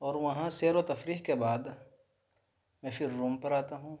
اور وہاں سیر و تفریح کے بعد میں پھر روم پر آتا ہوں